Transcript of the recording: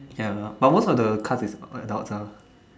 ya but most of the cast is adults ah